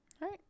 right